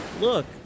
look